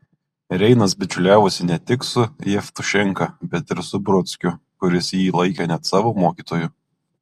reinas bičiuliavosi ne tik su jevtušenka bet ir su brodskiu kuris jį laikė net savo mokytoju